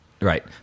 Right